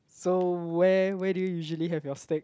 so where where do you usually have your steak